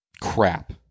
crap